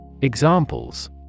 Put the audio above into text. Examples